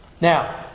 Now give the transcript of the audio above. Now